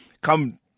come